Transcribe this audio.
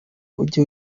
ujye